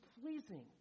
pleasing